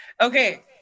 okay